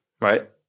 right